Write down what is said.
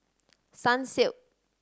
sunsilk